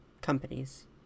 companies